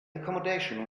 accommodation